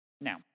Now